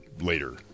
later